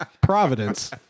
Providence